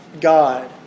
God